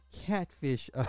catfish